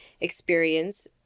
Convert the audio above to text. experience